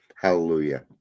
Hallelujah